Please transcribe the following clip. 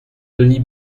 denis